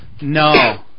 No